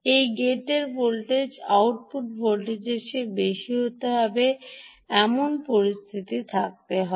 এই গেটের voltage output ভোল্টেজের চেয়ে বেশি হতে হবে এমন পরিস্থিতি থাকতে পারে